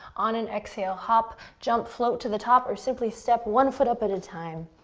on an exhale, hop, jump, float to the top, or simply step one foot up at a time.